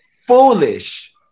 foolish